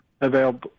available